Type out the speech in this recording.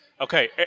Okay